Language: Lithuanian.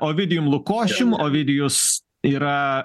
ovidijum lukošium ovidijus yra